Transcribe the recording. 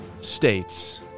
States